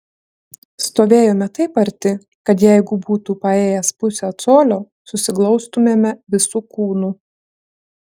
stovėjome taip arti kad jeigu būtų paėjęs pusę colio susiglaustumėme visu kūnu